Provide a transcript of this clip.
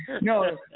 No